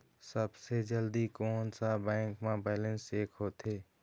सबसे जल्दी कोन सा बैंक म बैलेंस चेक होथे?